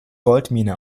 goldmine